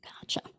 Gotcha